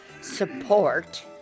support